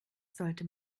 sollte